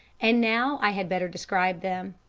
and now i had better describe them.